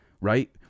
right